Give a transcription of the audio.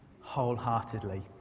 wholeheartedly